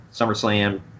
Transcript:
SummerSlam